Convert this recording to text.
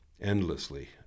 endlessly